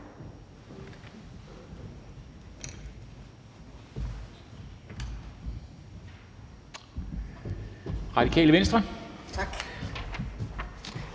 Radikale Venstre. Kl.